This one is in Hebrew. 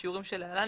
בשיעורים שלהלן,